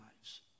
lives